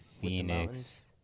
phoenix